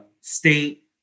state